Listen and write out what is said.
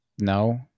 No